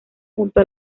junto